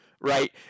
Right